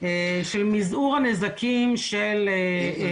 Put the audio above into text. של מזעור הנזקים של --- אני